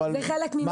זה חלק ממה שקורה.